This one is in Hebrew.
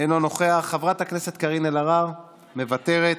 אינו נוכח, חברת הכנסת קארין אלהרר, מוותרת,